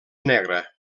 negra